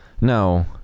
no